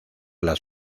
las